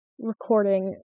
recording